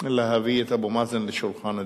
להביא את אבו מאזן לשולחן הדיונים.